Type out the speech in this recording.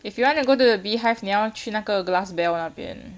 if you want to go to the bee hive 你要去那个 glass bell 那边